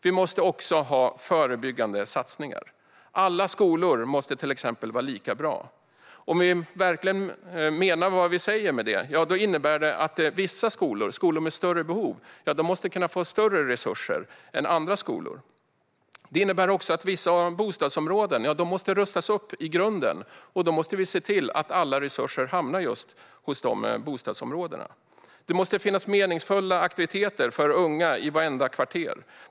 Vi måste också ha förebyggande satsningar. Till exempel måste alla skolor vara lika bra. Om vi verkligen menar vad vi säger innebär det att vissa skolor med större behov måste kunna få mer resurser än andra skolor. Det innebär också att vissa bostadsområden måste rustas upp i grunden. Då måste vi se till att alla resurser hamnar just hos de bostadsområdena. Det måste finnas meningsfulla aktiviteter för unga i vartenda kvarter.